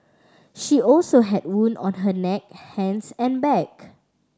she also had wound on her neck hands and back